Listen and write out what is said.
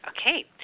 Okay